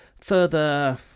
further